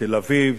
בתל-אביב